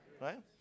Right